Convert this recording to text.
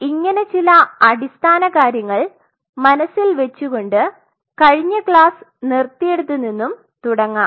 അതിനാൽ ഇങ്ങനെ ചില അടിസ്ഥാന കാര്യങ്ങൾ മനസ്സിൽ വെച്ചുകൊണ്ട് കഴിഞ്ഞ ക്ലാസ് നിർത്തിയിടത് നിന്നും തുടങ്ങാം